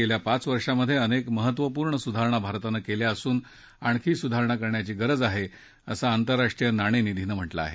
गेल्या पाच वर्षात अनेक महत्वपूर्ण सुधारणा भारताने केल्या असून आणखी सुधारणा करण्याची गरज आहे असं आंतराराष्ट्रीय नाणेनिधीनं म्हटलं आहे